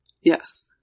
Yes